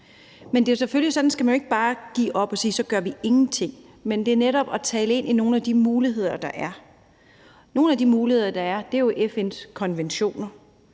Men selvfølgelig skal man jo ikke bare give op og sige, at så gør vi ingenting, for vi skal netop tale ind i nogle af de muligheder, der er. Nogle af de muligheder, der er, er jo FN's konventioner.